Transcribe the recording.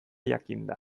jakinda